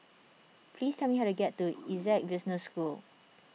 please tell me how to get to Essec Business School